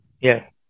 Yes